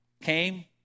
came